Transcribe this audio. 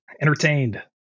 entertained